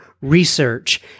research